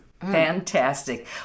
Fantastic